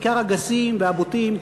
בעיקר הגסים והבוטים,